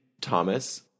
Thomas